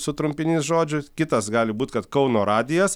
sutrumpinys žodžių kitas gali būt kad kauno radijas